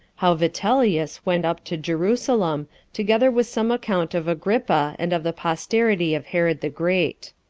how vitellius went up to jerusalem together with some account of agrippa and of the posterity of herod the great.